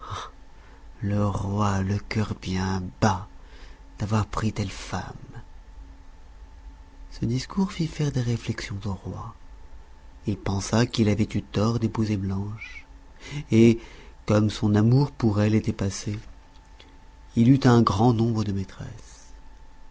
le roi a le cœur bien bas d'avoir pris telle femme ce discours fit faire des réflexions au roi il pensa qu'il avait eu tort d'épouser blanche et comme son amour pour elle était passé il eut un grand nombre de maîtresses